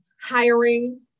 hiring